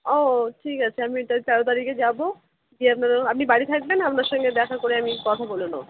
ও ঠিক আছে আমি তাহলে তেরো তারিখে যাবো গিয়ে আপনারা আপনি বাড়ি থাকবেন আপনার সঙ্গে দেখা করে আমি কথা বলে নেবো